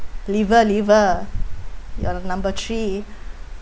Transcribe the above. liver liver your number three